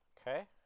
Okay